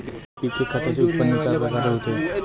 NPK खताचे उत्पन्न चार प्रकारे होते